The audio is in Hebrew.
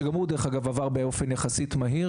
שגם הוא עבר באופן יחסית מהיר